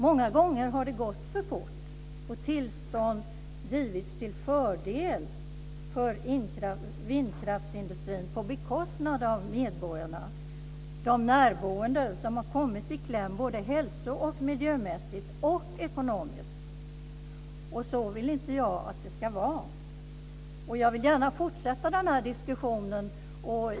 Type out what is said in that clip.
Många gånger har det gått för fort, och tillstånd har givits till vindkraftsindustrin på bekostnad av medborgarna, de närboende, som har kommit i kläm såväl hälso och miljömässigt som ekonomiskt. Så vill inte jag att det ska vara. Jag vill gärna fortsätta den här diskussionen.